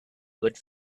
good